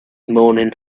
morning